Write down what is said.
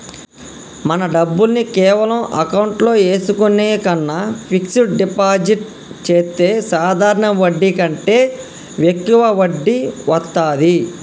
మన డబ్బుల్ని కేవలం అకౌంట్లో ఏసుకునే కన్నా ఫిక్సడ్ డిపాజిట్ చెత్తే సాధారణ వడ్డీ కంటే యెక్కువ వడ్డీ వత్తాది